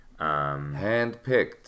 handpicked